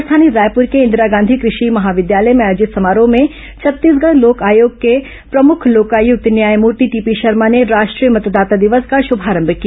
राजधानी रायपुर के इंदिरा गांधी कृषि महाविद्यालय में आयोजित समारोह में छत्तीसगढ़ लोक आयोग के प्रमुख लोकायुक्त न्यायमूर्ति टीपी शर्मा ने राष्ट्रीय मतदाता दिवस का श्रभारंभ किया